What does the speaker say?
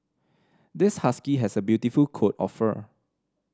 this husky has a beautiful coat of fur